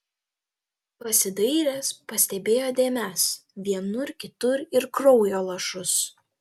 pasidairęs pastebėjo dėmes vienur kitur ir kraujo lašus